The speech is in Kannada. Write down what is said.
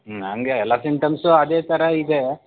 ಹ್ಞೂ ಹಂಗೆ ಎಲ್ಲ ಸಿಮ್ಟಮ್ಸು ಅದೇ ಥರ ಇದೆ